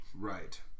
right